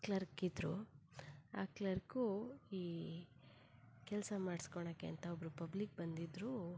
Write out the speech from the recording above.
ಕ್ಲರ್ಕಿದ್ರು ಆ ಕ್ಲರ್ಕು ಈ ಕೆಲಸ ಮಾಡಿಸ್ಕೊಳಕೆ ಅಂತ ಒಬ್ಬರು ಪಬ್ಲಿಕ್ ಬಂದಿದ್ರು